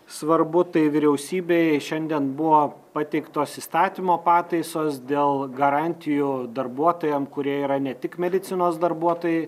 svarbu tai vyriausybei šiandien buvo pateiktos įstatymo pataisos dėl garantijų darbuotojam kurie yra ne tik medicinos darbuotojai